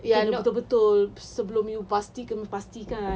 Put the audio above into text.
kena betul-betul sebelum you pasti kan